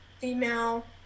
female